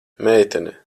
meitene